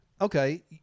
Okay